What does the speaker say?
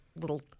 little